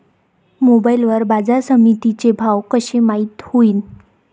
Mobile वर बाजारसमिती चे भाव कशे माईत होईन?